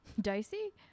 Dicey